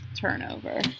turnover